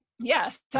Yes